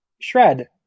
Shred